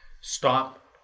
stop